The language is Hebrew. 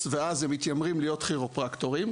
ואז הם מתיימרים להיות כירופרקטורים,